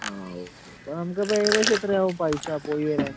ആ ഓക്കെ അപ്പം നമുക്ക് ഇപ്പം ഏകദേശം എത്ര ആകും പൈസ പോയി വരാൻ